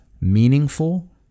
meaningful